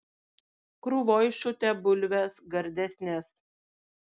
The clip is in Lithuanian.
krūvoj šutę bulvės gardesnės